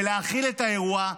ולהכיל את האירוע,